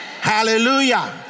Hallelujah